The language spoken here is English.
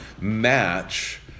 match